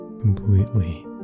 completely